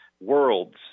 worlds